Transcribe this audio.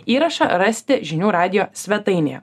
įrašą rasite žinių radijo svetainėje